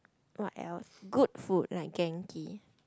what else good food like genki